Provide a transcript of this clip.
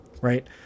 right